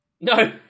No